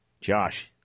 Josh